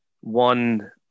One